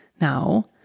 now